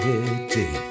City